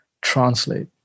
translate